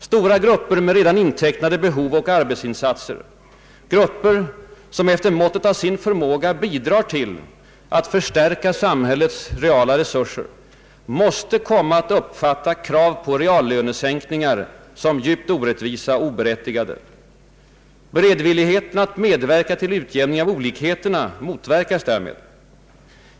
Stora grupper med redan intecknade behov och arbetsinsatser, grupper som efter måttet av sin förmåga bidrar till att förstärka samhällets reala resurser måste komma att uppfatta krav på reallönesänkningar som djupt orättvisa och oberättigade. Beredvilligheten att medverka till utjämning av olikheterna motverkas därmed.